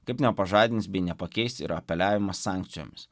kaip nepažadins bei nepakeis ir apeliavimas sankcijomis